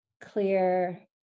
clear